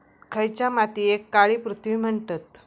खयच्या मातीयेक काळी पृथ्वी म्हणतत?